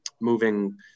moving